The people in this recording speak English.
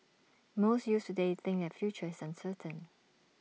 most youths today think future is uncertain